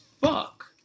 fuck